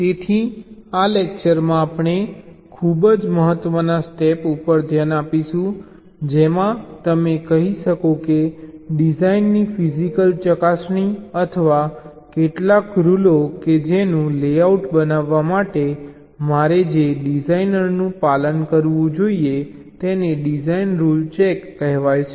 તેથી આ લેક્ચરમાં આપણે ખૂબ જ મહત્વના સ્ટેપ ઉપર ધ્યાન આપીશું જેમાં તમે કહી શકો કે ડિઝાઇનની ફિજીકલ ચકાસણી અથવા કેટલાક રૂલો કે જેનું લેઆઉટ બનાવવા માટે મારે જે ડિઝાઇનરનું પાલન કરવું જોઈએ તેને ડિઝાઇન રૂલ ચેક કહેવાય છે